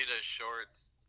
shorts